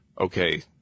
Okay